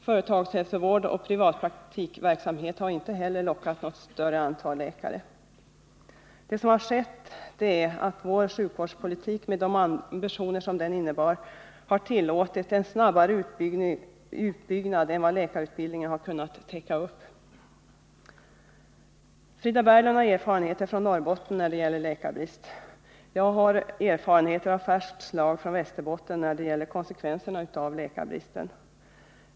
Företagshälsovård och privatpraktikerverksamhet har inte heller lockat ett större antal läkare. Det som skett är att vår sjukvårdspolitik, med de ambitioner den innebar, har tillåtit en snabbare utbyggnad än vad läkarutbildningen har kunnat täcka upp. Frida Berglund har erfarenheter från Norrbotten när det gäller läkarbrist. Jag har erfarenheter av färskt slag från Västerbotten när det gäller konsekvenserna av läkarbristen.